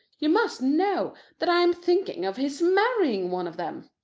you must know that i am thinking of his marrying one of them.